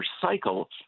cycle